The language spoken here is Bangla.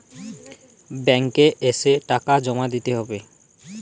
ব্যাঙ্ক এ এসে টাকা জমা দিতে হবে?